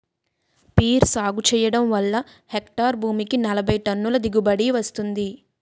peer సాగు చెయ్యడం వల్ల హెక్టారు భూమికి నలబైటన్నుల దిగుబడీ వస్తుంది